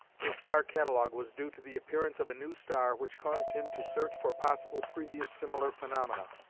his star catalogue was due to the appearance of a new star which caused him to search for possible previous similar phenomena,